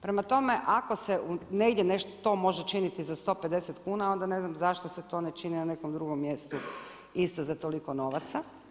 Prema tome, ako se negdje to može činiti za 150 kuna onda ne znam zašto se to ne čini na nekom drugom mjestu isto za toliko novaca.